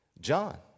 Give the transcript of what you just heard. John